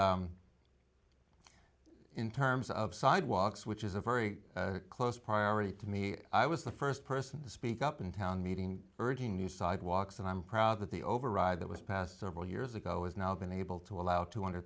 and in terms of sidewalks which is a very close priority to me i was the st person to speak up in town meeting urging new sidewalks and i'm proud that the override that was passed several years ago is now been able to allow two hundred